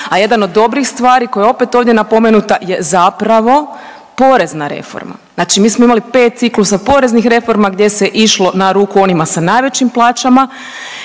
a jedan od dobri stvari koja je opet ovdje napomenuta je zapravo porezna reforma. Znači mi smo imali 5 ciklusa poreznih reformi gdje se išlo na ruku onima s najvećim plaćama,